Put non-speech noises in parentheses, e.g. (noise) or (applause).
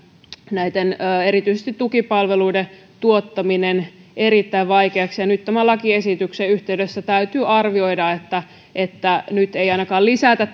erityisesti näiden tukipalveluiden tuottaminen erittäin vaikeaksi nyt tämän lakiesityksen yhteydessä täytyy arvioida että että nyt ei ainakaan lisätä (unintelligible)